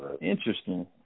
Interesting